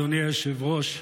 אדוני היושב-ראש,